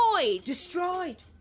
Destroyed